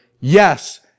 yes